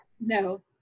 No